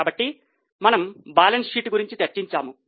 కాబట్టి మనము balance sheet గురించి చర్చించాము